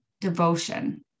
devotion